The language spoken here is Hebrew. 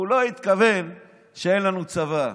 הוא לא התכוון שאין לנו צבא,